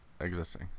existing